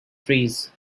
trees